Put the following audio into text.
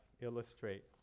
illustrate